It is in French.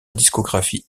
discographie